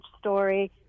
story